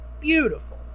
beautiful